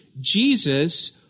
Jesus